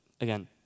again